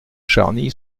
charny